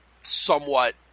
somewhat